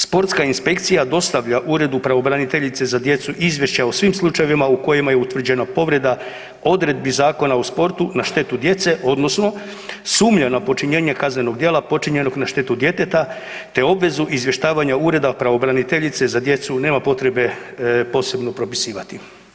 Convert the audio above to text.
Sportska inspekcija dostavlja Uredu pravobraniteljice za djecu izvješće o svim slučajevima u kojima je utvrđena povreda odredbi Zakona o sportu na štetu djece odnosno sumnja na počinjenje kaznenog djela počinjenog na štetu djeteta te obvezu izvještavanja Ureda pravobraniteljice za djecu nema potrebe posebno propisivati.